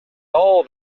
all